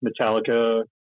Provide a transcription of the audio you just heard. Metallica